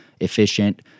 efficient